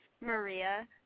Maria